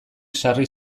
sarri